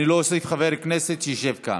אני לא אוסיף חבר הכנסת שישב כאן.